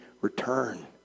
return